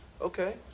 Okay